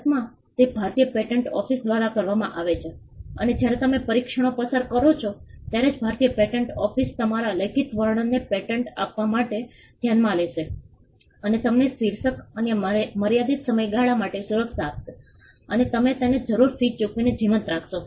ભારતમાં તે ભારતીય પેટન્ટ ઓફીસ દ્વારા કરવામાં આવે છે અને જ્યારે તમે પરીક્ષણો પસાર કરો છો ત્યારે જ ભારતીય પેટન્ટ ઓફિસ તમારા લેખિત વર્ણનને પેટન્ટ આપવા માટે ધ્યાનમાં લેશે અને તમને શીર્ષક અને મર્યાદિત સમયગાળા માટે સુરક્ષા આપશે અને તમે તેને જરૂરી ફી ચૂકવીને જીવંત રાખશો